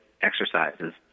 exercises